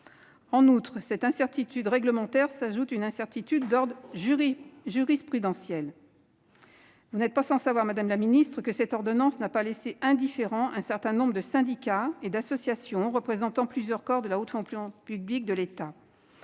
pas. À cette incertitude réglementaire s'ajoute une incertitude d'ordre jurisprudentiel. Madame la ministre, vous n'êtes pas sans savoir que cette ordonnance n'a pas laissé indifférents un certain nombre de syndicats et d'associations représentant plusieurs corps de la haute fonction publique d'État.